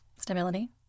Stability